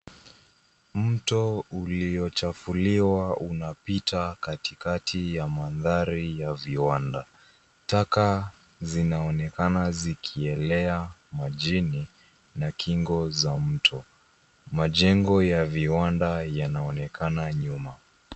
Mto uliochafuliwa unapita katikati ya mandhari ya viwanda. Taka zinaonekana zikielea majini na kingo za mto. Majengo ya viwanda yanaonekana nyuma.